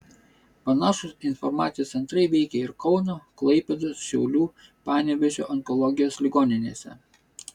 panašūs informacijos centrai veikė ir kauno klaipėdos šiaulių panevėžio onkologijos ligoninėse